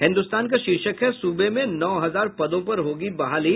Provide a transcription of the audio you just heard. हिन्दुस्तान का शीर्षक है सूबे में नौ हजार पदों पर होगी बहाली